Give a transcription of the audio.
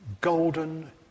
golden